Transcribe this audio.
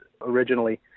originally